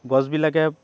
গছবিলাকে